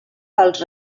als